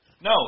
No